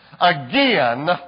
Again